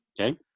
Okay